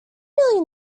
really